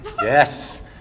Yes